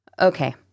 Okay